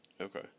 Okay